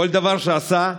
כל דבר שעשה,